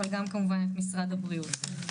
אבל גם כמובן את משרד הבריאות.